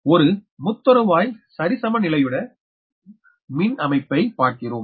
ஒரு நாம் முத்தருவாய் சரிசமநிலையுடைய மின் அமைப்பை பார்க்கிறோம்